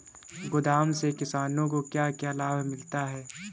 गोदाम से किसानों को क्या क्या लाभ मिलता है?